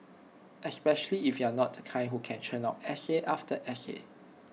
especially if you're not the kind who can churn out essay after essay